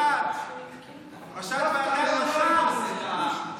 סון הר מלך היא יושבת-ראש ועדת רווחת אזרחי ישראל.